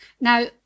Now